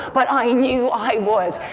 but i knew i would.